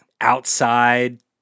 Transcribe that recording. outside